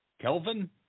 Kelvin